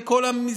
את כל המסגרת,